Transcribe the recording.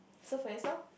so for yourself